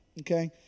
okay